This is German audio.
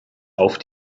auf